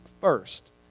first